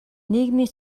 нийгмийн